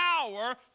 power